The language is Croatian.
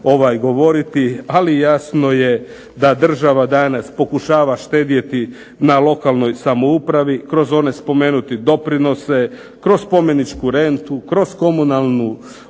ali jasno je da država danas pokušava štedjeti na lokalnoj samoupravi kroz one spomenute doprinose, kroz spomeničku rentu, kroz komunalnu